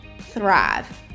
thrive